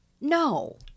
No